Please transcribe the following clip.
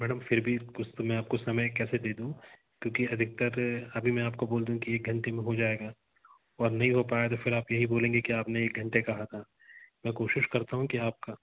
madam फिर भी कुछ तो मैं आपको समय कैसे दे दूँ क्योंकि अधिकतर अभी मैं आपको बोल दूँ कि एक घंटे में हो जाएगा और नहीं हो पाया तो फिर आप यही बोलेंगे कि आपने एक घंटे कहा था मैं कोशिश करता हूँ कि आपका